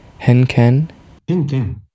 Henken